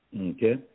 Okay